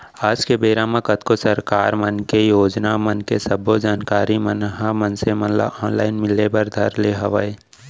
आज के बेरा म कतको सरकार मन के योजना मन के सब्बो जानकारी मन ह मनसे मन ल ऑनलाइन मिले बर धर ले हवय